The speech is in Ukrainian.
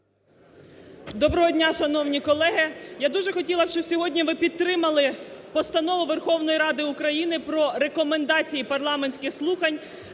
Доброго дня, шановні колеги! Я дуже хотіла, щоб сьогодні ви підтримали Постанову Верховної Ради України про Рекомендації парламентських слухань